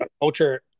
culture